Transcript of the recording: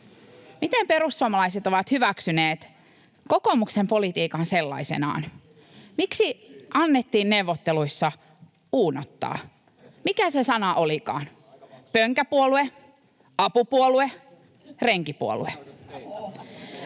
Miten perussuomalaiset ovat hyväksyneet kokoomuksen politiikan sellaisenaan? Miksi annettiin neuvotteluissa uunottaa? Mikä se sana olikaan: pönkäpuolue, apupuolue, renkipuolue?